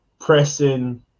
pressing